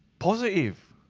positive!